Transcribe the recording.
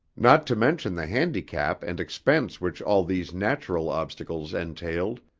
not to mention the handicap and expense which all these natural obstacles entailed,